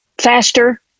faster